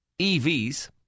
EVs